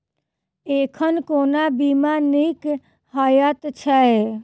एखन कोना बीमा नीक हएत छै?